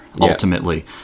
ultimately